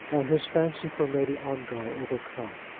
and his fancy for lady ongar overcome.